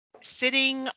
sitting